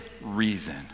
reason